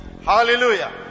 Hallelujah